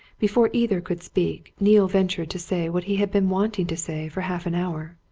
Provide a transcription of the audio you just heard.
before either could speak, neale ventured to say what he had been wanting to say for half an hour.